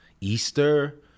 Easter